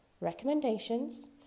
recommendations